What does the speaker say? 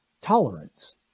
Tolerance